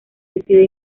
decide